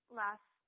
last